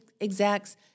execs